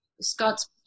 Scott's